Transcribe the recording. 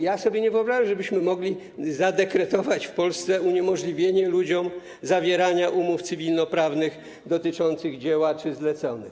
Ja sobie nie wyobrażam, żebyśmy mogli zadekretować w Polsce uniemożliwienie ludziom zawierania umów cywilno-prawnych dotyczących dzieła czy zleconych.